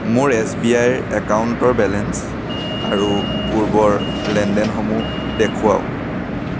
মোৰ S B I ৰ একাউণ্টৰ বেলেঞ্চ আৰু পূৰ্বৰ লেনদেনসমূহ দেখুৱাওক